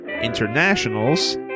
internationals